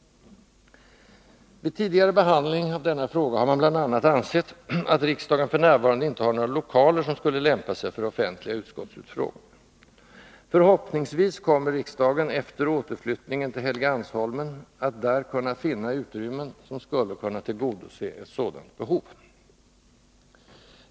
Vid tidigare behandling av denna fråga har man bl.a. ansett att riksdagen f.n. inte har några lokaler, som skulle lämpa sig för offentliga utskottsutfrågningar. Förhoppningsvis kommer riksdagen efter återflyttningen till Helgeandsholmen att där kunna finna utrymmen, som skulle kunna tillgodose ett sådant behov.